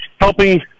helping